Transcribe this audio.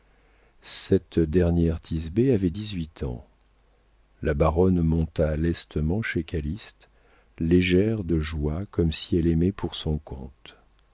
cette dernière thisbé avait dix-huit ans la baronne monta lestement chez calyste légère de joie comme si elle aimait pour son compte